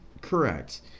correct